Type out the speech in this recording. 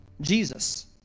Jesus